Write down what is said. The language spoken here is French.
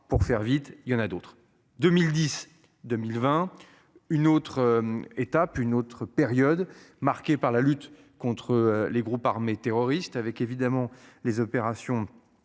pour faire vite, il y en a d'autres. 2012 1020. Une autre étape, une autre période marquée par la lutte contre les groupes armés terroristes avec évidemment les opérations.